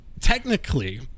technically